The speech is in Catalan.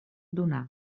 donar